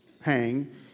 hang